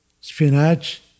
spinach